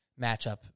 matchup